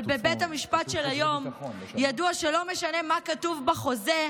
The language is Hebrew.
אבל בבית המשפט של היום ידוע שלא משנה מה כתוב בחוזה,